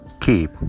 keep